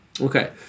Okay